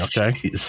okay